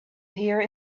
here